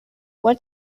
what